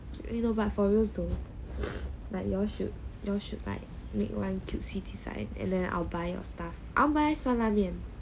you know but for real though like you all should you should make one cutesie design and then I'll buy your stuff I want buy 酸辣面